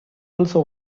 also